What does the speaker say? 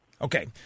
Okay